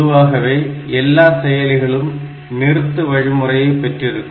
பொதுவாகவே எல்லா செயலிகளும் நிறுத்து வழிமுறையை பெற்றிருக்கும்